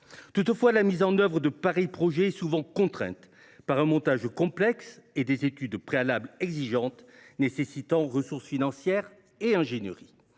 Toutefois, la mise en œuvre de pareils projets est souvent contrainte par un montage complexe et des études préalables exigeantes, nécessitant ressources financières et ingénierie.